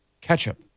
ketchup